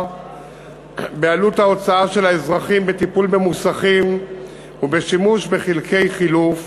בעלות ההוצאה של האזרחים בטיפול במוסכים ובשימוש בחלקי חילוף,